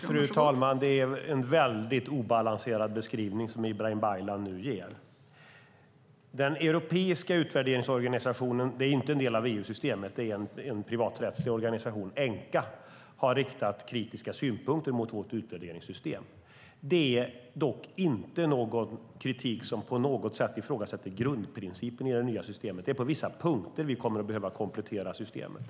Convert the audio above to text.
Fru talman! Det är en väldigt obalanserad beskrivning som Ibrahim Baylan nu ger. Den europeiska utvärderingsorganisationen är inte en del av EU-systemet, utan det är en privaträttslig organisation, Enqa, som har riktat kritiska synpunkter mot vårt utvärderingssystem. Det är dock inte någon kritik som på något sätt ifrågasätter grundprincipen i det nya systemet. Det är på vissa punkter som vi kommer att behöva komplettera systemet.